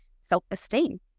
self-esteem